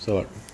so what